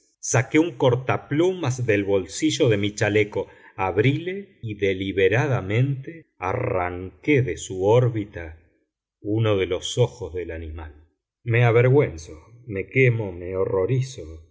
saqué un cortaplumas del bolsillo de mi chaleco abríle y deliberadamente arranqué de su órbita uno de los ojos del animal me avergüenzo me quemo me horrorizo